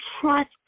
trust